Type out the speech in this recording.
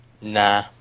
Nah